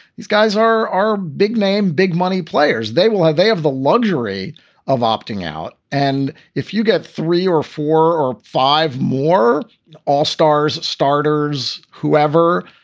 these guys are are big name, big money players. they will have they have the luxury of opting out. and if you get three or four or five more all stars starters, whoever,